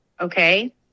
okay